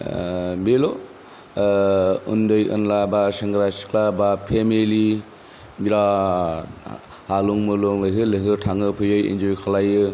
बेल' उन्दै उनला बा सेंग्रा सिख्ला बा फेमिलि बिराथ हालुं मुलुं लैहोर लैहोरै फैयो थाङो एन्जय खालायो